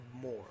more